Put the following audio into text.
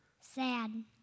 Sad